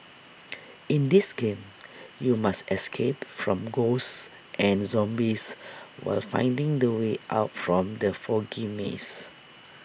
in this game you must escape from ghosts and zombies while finding the way out from the foggy maze